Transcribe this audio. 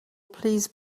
please